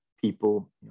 people